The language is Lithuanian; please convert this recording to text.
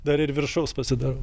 dar ir viršaus pasidarau